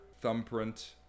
thumbprint